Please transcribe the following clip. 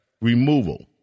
removal